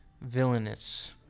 villainous